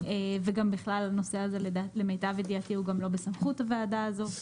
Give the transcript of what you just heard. וגם בכלל הנושא הזה למיטב ידיעתי הוא גם לא בסמכות הוועדה הזו.